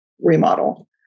remodel